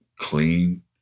clean